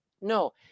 No